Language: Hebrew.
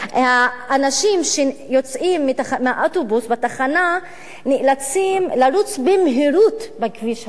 האנשים שיוצאים מתחנת האוטובוס נאלצים לרוץ במהירות בכביש המהיר.